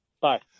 Bye